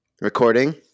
recording